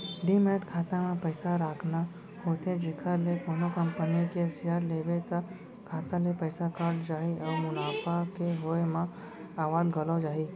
demat खाता म पइसा राखना होथे जेखर ले कोनो कंपनी के सेयर लेबे त खाता ले पइसा कट जाही अउ मुनाफा के होय म आवत घलौ जाही